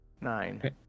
Nine